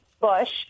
Bush